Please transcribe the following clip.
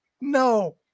no